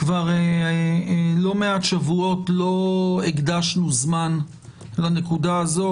כבר לא מעט שבועות לא הקדשנו זמן לנקודה הזאת.